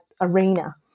arena